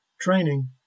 training